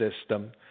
system